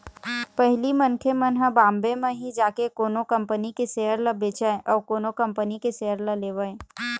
पहिली मनखे मन ह बॉम्बे म ही जाके कोनो कंपनी के सेयर ल बेचय अउ कोनो कंपनी के सेयर ल लेवय